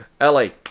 ellie